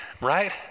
right